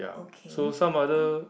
okay